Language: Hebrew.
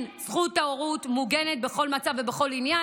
זכות ההורות מוגנת בכל מצב ובכל עניין.